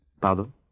Pardon